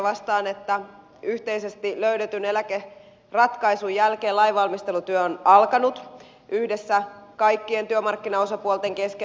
vastaan että yhteisesti löydetyn eläkeratkaisun jälkeen lainvalmistelutyö on alkanut yhdessä kaikkien työmarkkinaosapuolten kesken